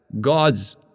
God's